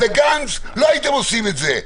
-- לגנץ, לא הייתם עושים את זה.